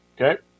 Okay